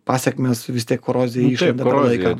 pasekmės vis tiek korozijai išlenda per laiką